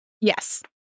Yes